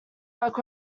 work